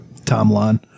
timeline